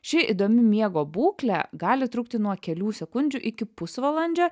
ši įdomi miego būklė gali trukti nuo kelių sekundžių iki pusvalandžio